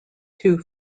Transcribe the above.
two